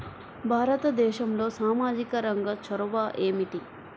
భారతదేశంలో సామాజిక రంగ చొరవ ఏమిటి?